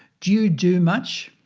do you do much?